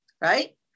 right